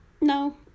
no